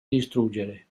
distruggere